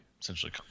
essentially